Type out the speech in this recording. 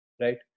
Right